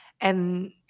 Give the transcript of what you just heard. And-